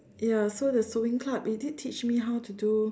ya so there's sewing club it did teach me how to do